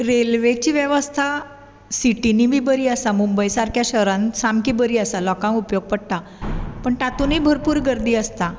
रेल्वेची वेवस्था सिटीनी बी बरी आसा मुंबय सारक्या शारांत सामकी बरी आसा लोकांक उपयोग पडटा पूण तातुंतय भरपूर गर्दी आसता